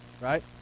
Right